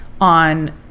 on